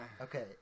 Okay